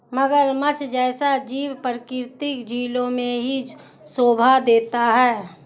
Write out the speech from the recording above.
मगरमच्छ जैसा जीव प्राकृतिक झीलों में ही शोभा देता है